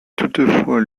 toutefois